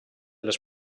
les